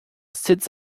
sits